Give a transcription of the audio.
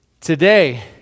Today